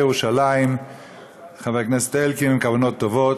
ירושלים חבר הכנסת אלקין הן כוונות טובות,